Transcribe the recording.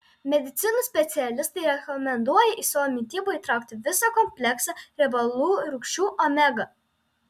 medicinos specialistai rekomenduoja į savo mitybą įtraukti visą kompleksą riebalų rūgščių omega